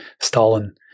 Stalin